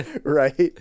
Right